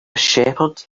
shepherd